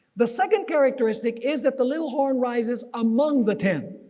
the second characteristic is that the little horn rises among the ten,